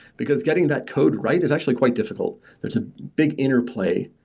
because getting that code write is actually quite difficult. there's a big interplay,